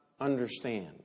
understand